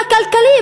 ובשיח הכלכלי,